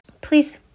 please